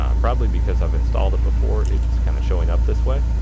um probably because i've installed it before it's kinda showing up this way.